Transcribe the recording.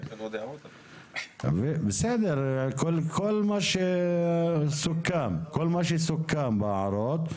כל מה שסוכם בהערות,